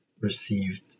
received